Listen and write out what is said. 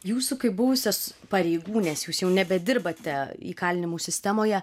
jūsų kaip buvusios pareigūnės jūs jau nebedirbate įkalinimų sistemoje